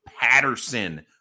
Patterson